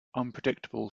unpredictable